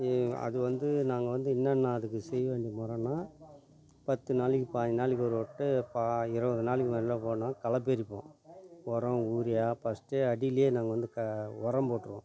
ஈ அது வந்து நாங்கள் வந்து என்னான்ன அதுக்கு செய்ய வேண்டும் முறன்னா பத்து நாளக்கு பதினைஞ்சி நாளக்கு ஒருவிட்டு பா இருபது நாளக்கு நல்லா போனால் களைப் பறிப்போம் பிறவு யூரியா ஃபஸ்ட்டே அடிலேயே நாங்கள் வந்து க உரம் போட்டுருவோம்